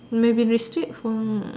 maybe they sleep what